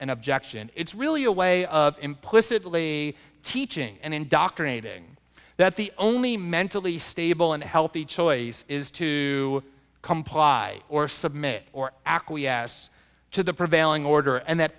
and objection it's really a way of implicitly teaching and indoctrinating that the only mentally stable and healthy choice is to comply or submit or acquiesce to the prevailing order and that